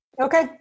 Okay